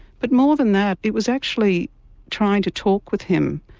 but more than that it was actually trying to talk with him,